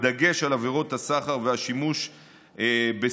בדגש על עבירות הסחר והשימוש בסמים.